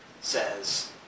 says